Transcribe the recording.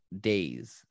days